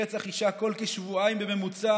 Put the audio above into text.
רצח אישה כל כשבועיים בממוצע,